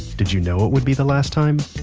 did you know it would be the last time?